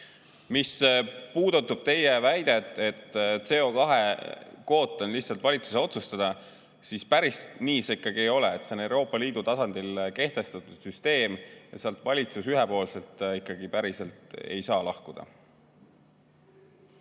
Mis puudutab teie väidet, et CO2-kvoot on lihtsalt valitsuse otsustada, siis päris nii see ikkagi ei ole. See on Euroopa Liidu tasandil kehtestatud süsteem ja sealt valitsus ikkagi päris ühepoolselt lahkuda